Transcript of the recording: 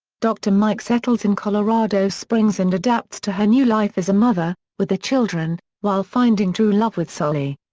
dr. mike settles in colorado springs and adapts to her new life as a mother, with the children, while finding true love with sully.